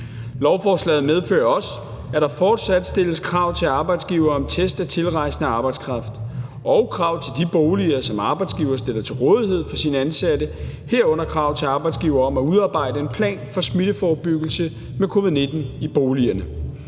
Lovforslaget medfører også, at der fortsat stilles krav til arbejdsgiver om test af tilrejsende arbejdskraft og krav til de boliger, som arbejdsgiver stiller til rådighed for sine ansatte, herunder krav til arbejdsgiver om at udarbejde en plan for forebyggelse af smitte med covid-19 i boligerne.